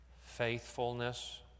Faithfulness